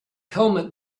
helmet